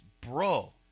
Bro